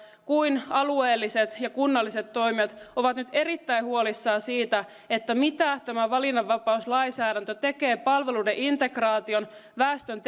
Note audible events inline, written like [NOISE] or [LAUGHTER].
kuin alueelliset ja kunnalliset toimijat ovat nyt erittäin huolissaan siitä mitä tämä valinnanvapauslainsäädäntö tekee palveluiden integraation väestön [UNINTELLIGIBLE]